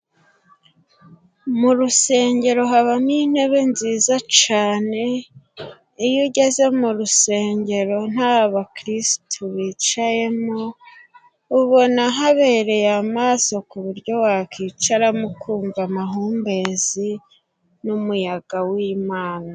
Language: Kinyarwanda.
Mu rusengero habamo intebe nziza cane, iyo ugeze mu rusengero nta bakristu bicayemo, ubona habereye amaso ku buryo wakwicaramo ukumva amahumbezi n'umuyaga w'imana.